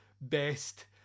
best